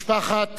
משפחת